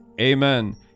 amen